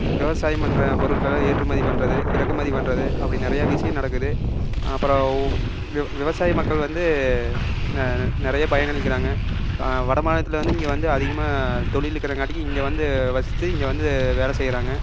விவசாயம் பண்ணுற பொருட்கள் ஏற்றுமதி பண்ணுறது இறக்குமதி பண்ணுறது அப்படி நிறைய விஷயம் நடக்குது அப்புறம் விவசாய மக்கள் வந்து நிறைய பயனளிக்கிறாங்க வட மாநிலத்துலேருந்து இங்கே வந்து அதிகமாக தொழில் இருக்குறங்காட்டிக்கு இங்கே வந்து வசித்து இங்கே வந்து வேலை செய்கிறாங்க